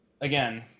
again